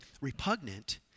repugnant